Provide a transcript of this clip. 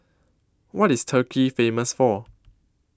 What IS Turkey Famous For